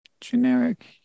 generic